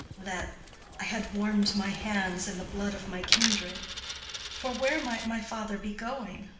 that i had warmed my hands in the blood of my kindred for where might my father be going?